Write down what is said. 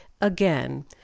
Again